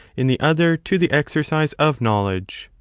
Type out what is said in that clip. in the other to the exercise of knowledge.